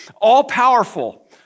all-powerful